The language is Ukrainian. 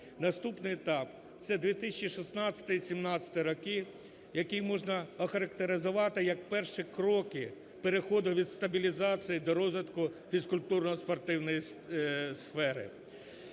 Наступний етап – це 2016-2017 роки, який можна охарактеризувати як перші кроки переходу від стабілізації до розвитку фізкультурно-спортивної сфери.